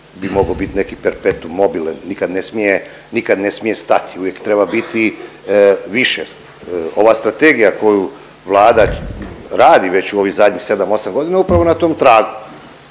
bi mogao biti neki perpetuum mobile, nikad ne smije stati i uvijek treba biti više. Ova strategija koju Vlada radi već u ovih zadnjih 7-8 godina upravo je na tom tragu.